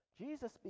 Jesus